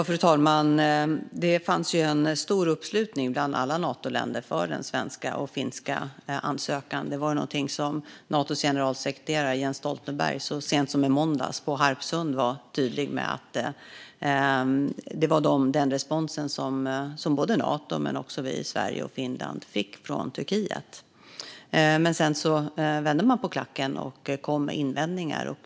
Fru talman! Det fanns ju en stor uppslutning bland alla Natoländer för den svenska och den finska ansökan. Natos generalsekreterare Jens Stoltenberg var så sent som i måndags, på Harpsund, tydlig med att detta var den respons som såväl Nato som Sverige och Finland fick från Turkiet. Men sedan vände man på klacken och kom med invändningar.